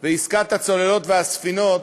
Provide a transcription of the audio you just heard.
ועסקת הצוללות והספינות,